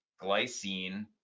glycine